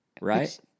Right